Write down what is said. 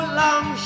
long